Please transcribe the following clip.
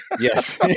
Yes